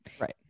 Right